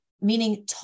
meaning